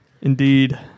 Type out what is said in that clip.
Indeed